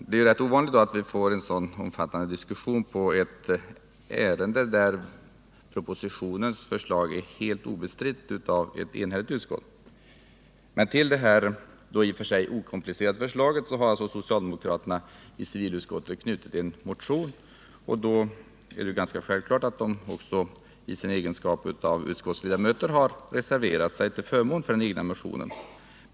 Det är rätt ovanligt att vi här i kammaren får en så omfattande diskussion i ett ärende där propositionens förslag är helt obestritt av ett enhälligt utskott, men till det här i och för sig okomplicerade förslaget har socialdemokraterna i civilutskottet knutit en motion. Det är då ganska självklart att motionärerna i sin egenskap av utskottsledamöter reserverat sig till förmån för den egna motionen.